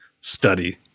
study